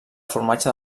formatge